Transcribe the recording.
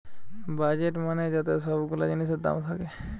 budget মানে যাতে সব গুলা জিনিসের দাম থাকে